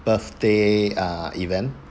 birthday ah event